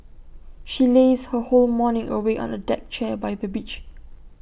she lazed her whole morning away on A deck chair by the beach